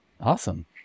Awesome